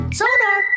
sonar